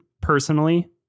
personally